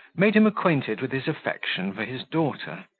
made him acquainted with his affection for his daughter,